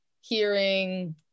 hearing